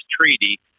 treaty